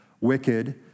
wicked